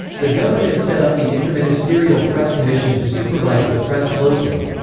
the government set up the interministerial press commission to supervise the press closely.